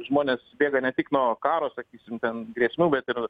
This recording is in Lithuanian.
žmonės bėga ne tik nuo karo sakysim ten grėsmių bet ir